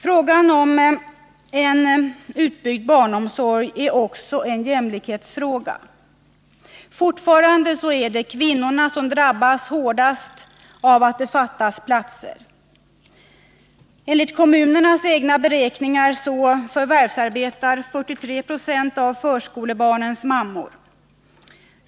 Frågan om en utbyggd barnomsorg är också en jämlikhetsfråga. Fortfarande är det kvinnorna som drabbas hårdast av att det fattas platser. Enligt kommunernas egna beräkningar förvärvsarbetar 43 26 av förskolebarnens mammor.